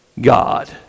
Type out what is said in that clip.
God